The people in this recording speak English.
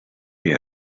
they